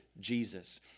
Jesus